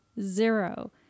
zero